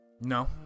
No